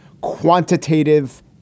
quantitative